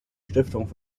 stiftungen